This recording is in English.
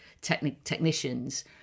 technicians